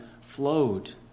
flowed